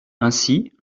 ainsi